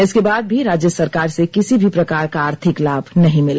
इसके बाद भी राज्य सरकार से किसी भी प्रकार का आर्थिक लाभ नहीं मिला